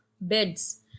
beds